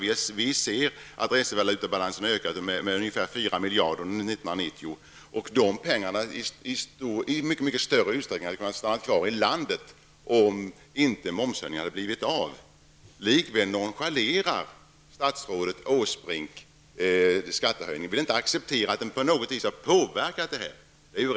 Vi kan se att underskottet i resevalutabalansen ökat med ungefär 4 miljarder kronor under 1990. De pengarna hade i mycket större utsträckning kunnat stanna kvar i landet om inte momshöjningen hade blivit av. Likväl nonchalerar statsrådet Åsbrink skattehöjningen och vill inte acceptera att den på något vis har påverkat utvecklingen.